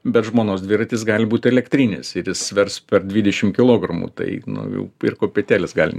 bet žmonos dviratis gali būti elektrinis ir jis svers per dvidešimt kilogramų tai nu jau pirkt kopetėles galim